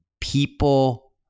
people